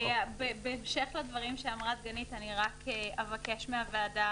בהמשך לדברים שאמרה דגנית אני אבקש מהוועדה